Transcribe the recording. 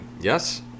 Yes